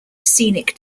scenic